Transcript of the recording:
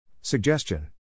Suggestion